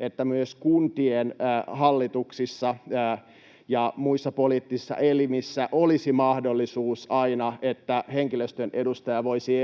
että myös kuntien hallituksissa ja muissa poliittisissa elimissä olisi aina mahdollisuus, että henkilöstön edustaja voisi